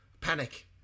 panic